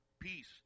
peace